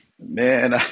Man